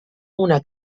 una